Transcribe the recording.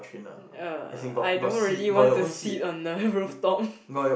uh I don't really want to sit on the rooftop